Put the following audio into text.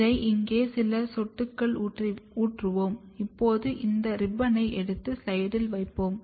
இதை இங்கே சில சொட்டுகளை ஊற்றுவோம் இப்போது இந்த ரிபன்னை எடுத்து ஸ்லைடில் வைப்போம்